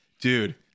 dude